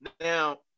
Now